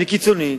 אני קיצוני,